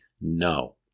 no